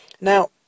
Now